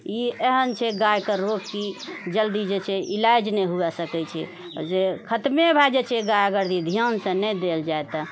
ई एहन छै गायके रोग कि जल्दी जे छै इलाज नहि हुए सकैत छै जे खतमे भए जाइत छै गाय अगर ध्यानसँ नहि देल जाय तऽ